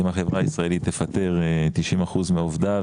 אם החברה הישראלית תפטר 90 אחוזים מעובדיה,